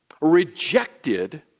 rejected